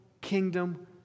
kingdom